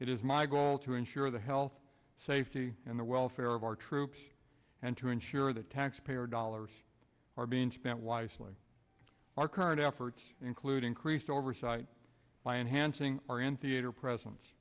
it is my goal to ensure the health safety and the welfare of our troops and to ensure that taxpayer dollars are being spent wisely our current efforts including creased oversight by enhancing our in theater presen